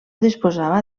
disposava